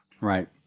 Right